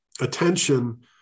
attention